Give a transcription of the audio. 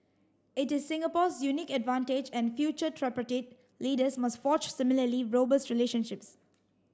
it is Singapore's unique advantage and future leaders must forge similarly robust relationships